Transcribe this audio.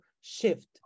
shift